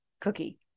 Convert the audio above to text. cookie